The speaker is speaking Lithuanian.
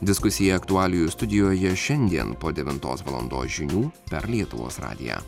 diskusijai aktualijų studijoje šiandien po devintos valandos žinių per lietuvos radiją